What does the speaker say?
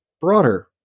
broader